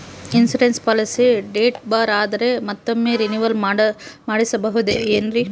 Insurance policy date ಬಾರ್ ಆದರೆ ಮತ್ತೊಮ್ಮೆ ರಿನಿವಲ್ ಮಾಡಿಸಬಹುದೇ ಏನ್ರಿ?